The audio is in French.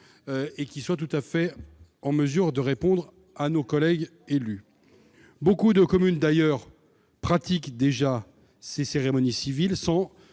et qui sont tout à fait en mesure de répondre à nos collègues élus, beaucoup de communes, d'ailleurs, pratiquent déjà ces cérémonies civiles sans